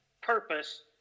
purpose